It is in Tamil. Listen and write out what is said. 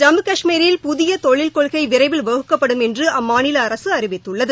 ஜம்மு கஷ்மீரில் புதிய தொழில் கொள்கை விரைவில் வகுக்கப்படும் என்று அம்மாநில அரசு அறிவித்துள்ளது